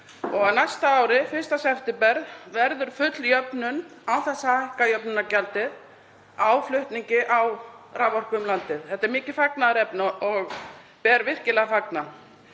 og á næsta ári, 1. september, verður full jöfnun án þess að hækka jöfnunargjaldið á flutningi á raforku um landið. Þetta er mikið fagnaðarefni og ber virkilega að fagna.